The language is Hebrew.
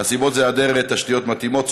הסיבות זה היעדר תשתיות מתאימות,